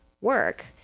work